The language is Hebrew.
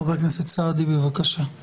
חבר הכנסת סעדי בבקשה.